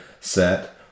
set